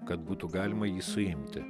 kad būtų galima jį suimti